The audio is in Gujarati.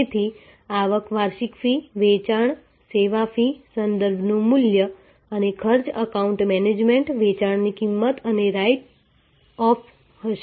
તેથી આવક વાર્ષિક ફી વેચાણ સેવા ફી સંદર્ભનું મૂલ્ય અને ખર્ચ એકાઉન્ટ મેનેજમેન્ટ વેચાણની કિંમત અને રાઈટ ઓફ્સ હશે